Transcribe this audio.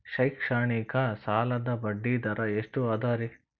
ಶೈಕ್ಷಣಿಕ ಸಾಲದ ಬಡ್ಡಿ ದರ ಎಷ್ಟು ಅದರಿ?